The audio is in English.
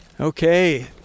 Okay